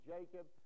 Jacob